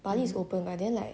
bali is open but then like